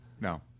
No